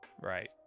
Right